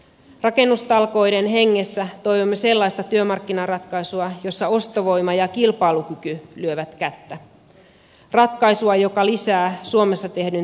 rakennustalkoiden hengessä toivomme sellaista työmarkkinaratkaisua jossa ostovoima ja kilpailukyky lyövät kättä ratkaisua joka lisää suomessa tehdyn työn määrää